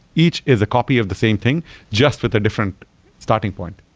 each is a copy of the same thing just with a different starting point,